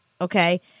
Okay